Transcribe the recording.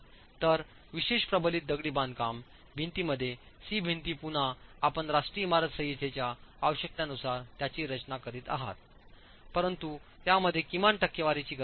तर विशेष प्रबलित दगडी बांधकाम भिंतींमध्ये सी भिंती पुन्हा आपण राष्ट्रीय इमारत संहितेच्या आवश्यकतेनुसार त्यांची रचना करत आहात परंतु त्यामध्ये किमान टक्केवारीची गरज आहे